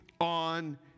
on